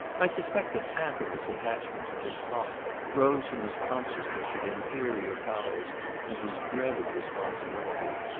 i suspect that half of his attachment to this spot rose from his consciousness of inferior powers and his dread of responsibility.